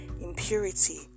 impurity